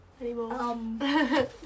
anymore